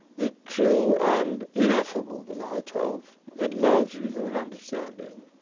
the true and ineffable delight of enlarging human understanding,